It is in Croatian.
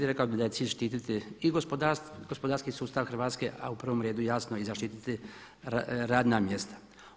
Rekao bih da je cilj štititi i gospodarski sustav Hrvatske, a u provom redu jasno i zaštititi radna mjesta.